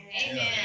Amen